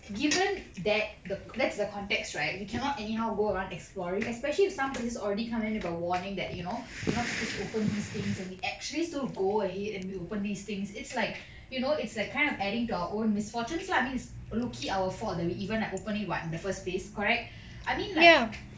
given that that's the context right we cannot anyhow go around exploring especially if somebody has already come in with a warning that you know you're not supposed to open these things and we actually so go ahead and we open these things it's like you know it's like kind of adding to our own misfortunes lah I mean it's low key our fault that we even like opening [what] in the first place correct I mean like